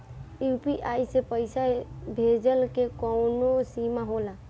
UPI से पईसा भेजल के कौनो सीमा होला?